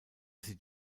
sie